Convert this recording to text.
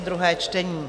druhé čtení